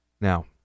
Now